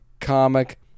Comic